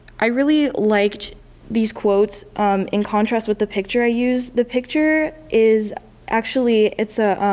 i really liked these quotes um in contrast with the picture i used. the picture is actually it's a